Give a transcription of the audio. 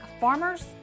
farmers